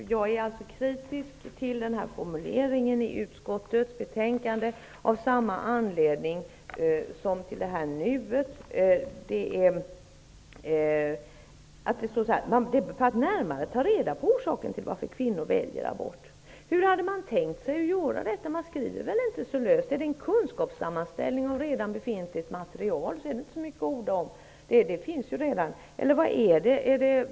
Jag är kritisk till formuleringen i utskottets betänkande av samma anledning som jag är kritisk till ''nuet''. Det står att man närmare vill ta reda på orsakerna till att kvinnor väljer abort. Hur har man tänkt sig att göra detta? Man skriver väl inte så löst. Är det en sammanställning av redan befintligt material, är det inte så mycket att orda om det.